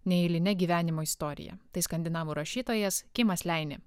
neeiline gyvenimo istorija tai skandinavų rašytojas kimas leine